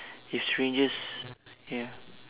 if strangers ya